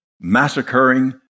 massacring